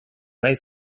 nahi